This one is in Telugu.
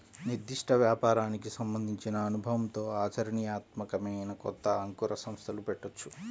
నిర్దిష్ట వ్యాపారానికి సంబంధించిన అనుభవంతో ఆచరణీయాత్మకమైన కొత్త అంకుర సంస్థలు పెట్టొచ్చు